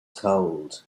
cold